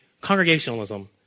congregationalism